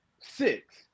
six